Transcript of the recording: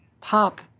pop